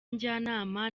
njyanama